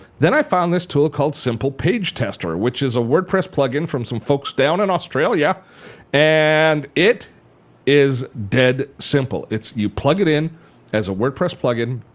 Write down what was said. then i found this tool called simple page tester which is a wordpress plug-in from some folks down in australia and it is dead simple. you plug it in as a wordpress plug-in.